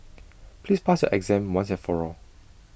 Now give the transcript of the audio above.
please pass your exam once and for all